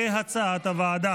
כהצעת הוועדה.